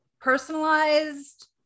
Personalized